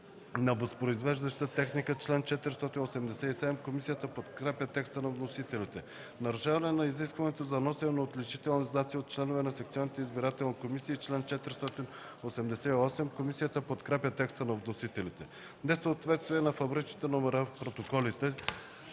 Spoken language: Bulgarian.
на възпроизвеждаща техника” – чл. 487. Комисията подкрепя текста на вносителите за чл. 487. „Нарушаване на изискването за носене на отличителни знаци от членовете на секционните избирателни комисии” – чл. 488. Комисията подкрепя текста на вносителите за чл. 488. „Несъответствие на фабричните номера в протоколите”